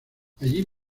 allí